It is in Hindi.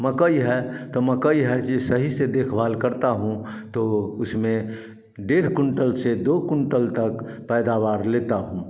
मकई है त मकई है जे सही से देखभाल करता हूँ तो उसमें डेढ़ कुंटल से दो कुंटल तक पैदावार लेता हूँ